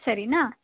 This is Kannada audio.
ಸರಿನಾ